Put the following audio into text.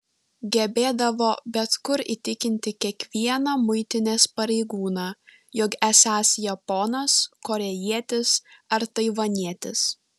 gebėdavo bet kur įtikinti kiekvieną muitinės pareigūną jog esąs japonas korėjietis ar taivanietis